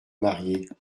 marier